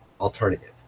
alternative